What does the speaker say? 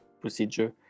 procedure